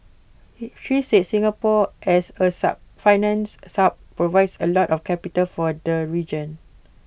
she said Singapore as A sub financial hub provides A lot of capital for the region